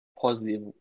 positive